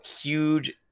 huge